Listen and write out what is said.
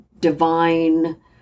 divine